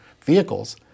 vehicles